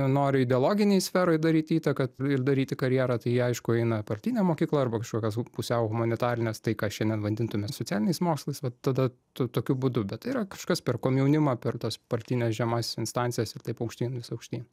nori ideologinėj sferoj daryt įtaką ir daryti karjerą tai jie aišku eina į partinę mokyklą arba kažkokias pusiau humanitarines tai ką šiandien vadintume socialiniais mokslais vat tada to tokiu būdu bet tai yra kažkas per komjaunimą per tas partines žemąsias instancijas ir taip aukštyn vis aukštyn